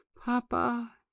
Papa